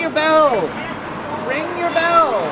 you know